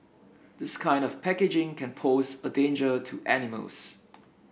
this kind of packaging can pose a danger to animals